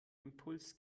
impuls